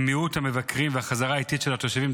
עם מיעוט המבקרים והחזרה האיטית של המבקרים,